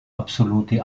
absolute